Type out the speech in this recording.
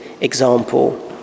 example